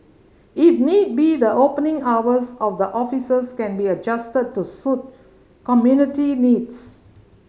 if need be the opening hours of the offices can be adjusted to suit community needs